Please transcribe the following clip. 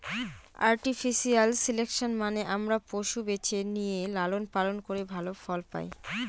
artificial selection মানে আমরা পশু বেছে নিয়ে লালন পালন করে ভালো ফল পায়